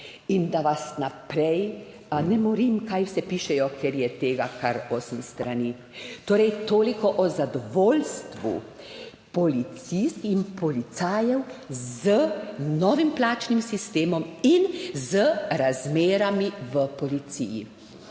In da vas naprej ne morim, kaj vse pišejo, ker je tega kar osem strani. Torej toliko o zadovoljstvu policistk in policajev z novim plačnim sistemom in z razmerami v policiji.